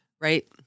right